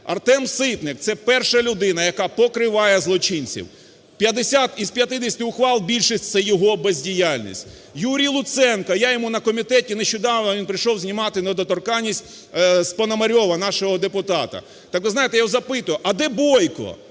Артем Ситник – це перша людина, яка покриває злочинців. Із 50 ухвал більшість – це його бездіяльність. Юрій Луценко, я йому на комітеті нещодавно, він прийшов знімати недоторканність з Пономарьова, нашого депутата, так ви знаєте, я його запитував: а де Бойко,